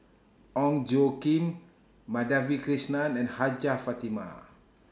Ong Tjoe Kim Madhavi Krishnan and Hajjah Fatimah